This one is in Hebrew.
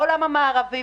בעולם המערבי,